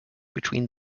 between